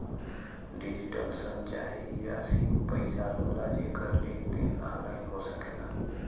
digital शन चाहे ई राशी ऊ पइसा होला जेकर लेन देन ऑनलाइन हो सकेला